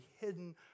hidden